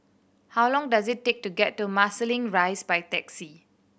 how long does it take to get to Marsiling Rise by taxi